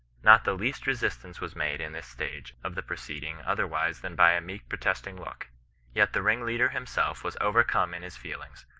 not the least resistance was made in this stage of the pro ceeding otherwise than by a meek protesting look yet the ringleader himself was overcome in his feelings,